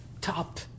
top